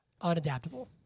unadaptable